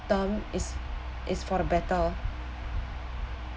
term is is for the better